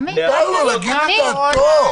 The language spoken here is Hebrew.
מותר לו להגיד את דעתו.